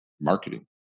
marketing